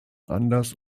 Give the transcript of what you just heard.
anders